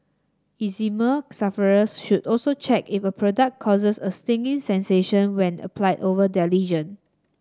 eczema sufferers should also check if a product causes a stinging sensation when applied over their lesion